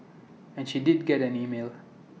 and she did get an email